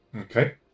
Okay